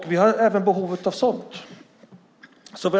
Vi har även behov av sådant.